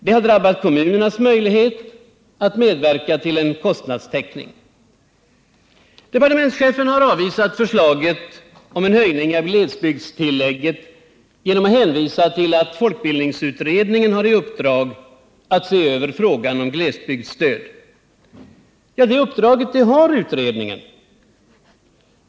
Det har drabbat kommunernas möjlighet att medverka till en kostnadstäckning. Departementschefen har avvisat förslaget om en höjning av glesbygdstilllägget genom att hänvisa till att folkbildningsutredningen har i uppdrag att se över frågan om glesbygdsstöd. Det uppdraget har utredningen.